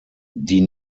die